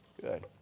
Good